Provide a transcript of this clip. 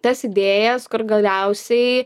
tas idėjas kur galiausiai